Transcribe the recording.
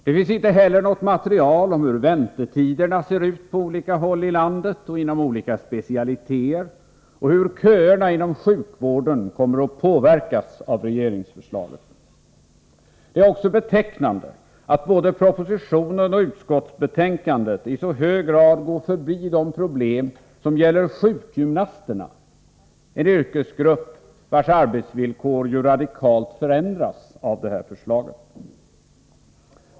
Det finns inte heller något material om hur väntetiderna ser ut på olika håll i landet och inom olika sepcialiteter, och hur köerna inom sjukvården skulle påverkas av regeringsförslaget. Det är också betecknande att både propositionen och utskottsbetänkandet i så hög grad går förbi de problem som gäller sjukgymnasterna — en yrkesgrupp vars arbetsvillkor ju radikalt förändras av det här förslaget.